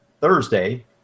thursday